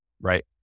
Right